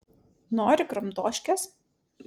nori kramtoškės